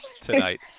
tonight